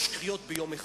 תמכרו את כל המכונית ביחד.